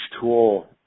tool